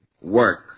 Work